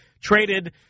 traded